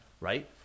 right